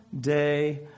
day